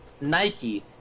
Nike